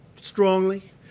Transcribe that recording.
strongly